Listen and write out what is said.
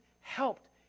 helped